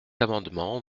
amendement